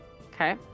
Okay